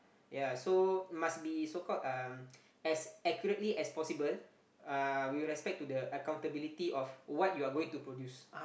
ya so must be so called um as accurately as possible uh with respect to the accountability of what you are going to produce